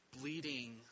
bleeding